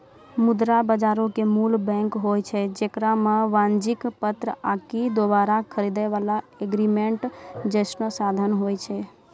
मुद्रा बजारो के मूल बैंक होय छै जेकरा मे वाणिज्यक पत्र आकि दोबारा खरीदै बाला एग्रीमेंट जैसनो साधन होय छै